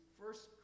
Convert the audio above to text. first